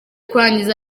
kurangiza